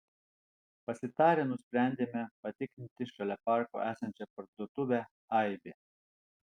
pasitarę nusprendėme patikrinti šalia parko esančią parduotuvę aibė